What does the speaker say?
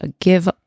give